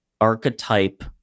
archetype